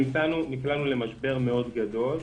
נקלענו למשבר מאוד גדול.